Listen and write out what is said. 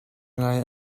ngai